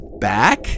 back